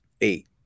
eight